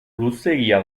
luzeegia